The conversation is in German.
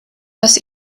das